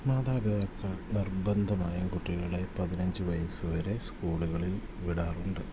മാതാപിതാക്കൾ നിർബന്ധമായും കുട്ടികളെ പതിനഞ്ച് വയസ് വരെ സ്കൂളുകളിൽ വിടാറുണ്ട്